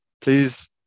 Please